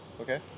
Okay